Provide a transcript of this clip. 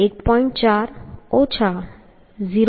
4 0